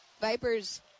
Vipers